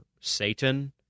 Satan